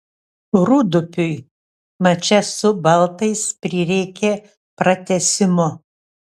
rūdupiui mače su baltais prireikė pratęsimo